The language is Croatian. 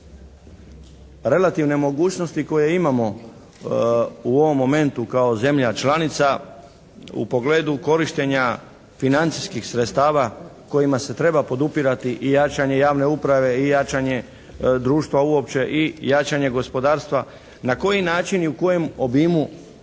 relativne mogućnosti koje imamo u ovom momentu kao zemlja članica u pogledu korištenja financijskih sredstava kojima se treba podupirati i jačanje javne uprave i jačanje društva uopće i jačanje gospodarstva, na koji način i u kojem obimu